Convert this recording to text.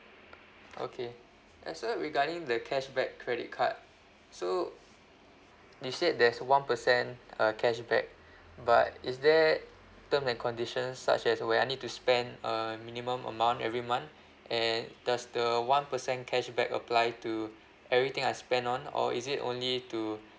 okay and so regarding the cashback credit card so you said there's one percent uh cashback but is there terms and conditions such as where I need to spend a minimum amount every month and does the one percent cashback apply to everything I spend on or is it only to